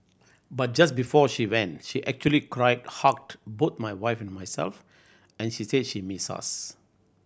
but just before she went she actually cried hugged both my wife and myself and she said she'd miss us